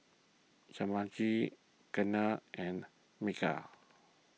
Jehangirr Ketna and Milkha